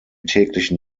täglichen